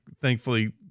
thankfully